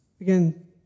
Again